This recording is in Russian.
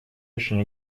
очень